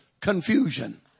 confusion